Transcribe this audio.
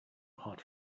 hot